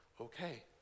okay